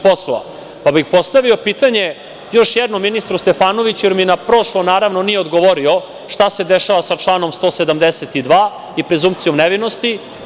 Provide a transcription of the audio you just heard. Postavio bih pitanje još jednom ministru Stefanoviću, jer mi na prošlo naravno nije odgovorio, šta se dešava sa članom 172. i prezumkcijom nevinosti?